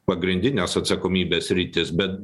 pagrindinės atsakomybės sritys bet